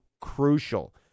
crucial